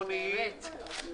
רבייה ופטם בלולי רצפה,